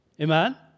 Amen